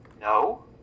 No